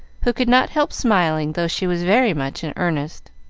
who could not help smiling, though she was very much in earnest.